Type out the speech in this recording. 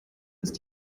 ist